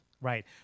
Right